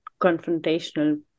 confrontational